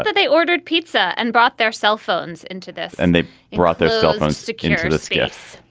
ah they ordered pizza and brought their cell phones into this and they brought their cell phones stick into the skiffs.